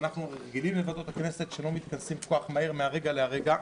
ואנחנו רגילים לוועדות הכנסת שלא מתכנסות כל כך מהר מהרגע להרגע.